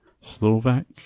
Slovak